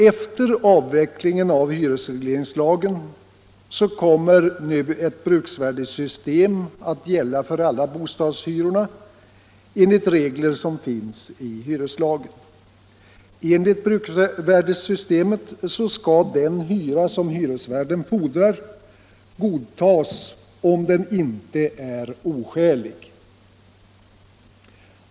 Efter avvecklingen av hyresregleringslagen kommer ett bruksvärdessystem att gälla för alla bostadshyror enligt regler som finns i hyreslagen. Enligt bruksvärdessystemet skall den hyra som hyresvärden fordrar godtas om den inte är oskälig.